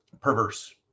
perverse